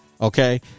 Okay